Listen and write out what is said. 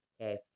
Okay